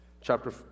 chapter